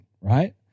right